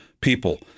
people